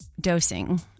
Dosing